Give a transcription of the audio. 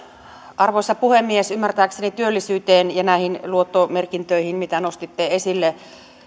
arvoisa puhemies ymmärtääkseni työllisyydestä ja näistä luottomerkinnöistä mitä nostitte esille